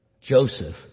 Joseph